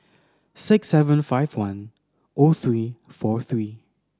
six seven five one O three four three